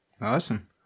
Awesome